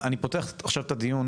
אני פותח עכשיו את הדיון.